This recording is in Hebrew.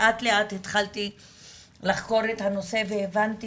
לאט-לאט התחלתי לחקור את הנושא והבנתי